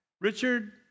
Richard